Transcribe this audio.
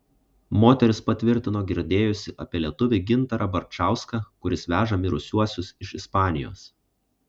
moteris patvirtino girdėjusi apie lietuvį gintarą barčauską kuris veža mirusiuosius iš ispanijos